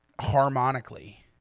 harmonically